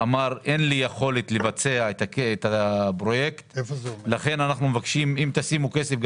אמר שאין לו יכולת לבצע את הפרויקט ואם תשימו כסף,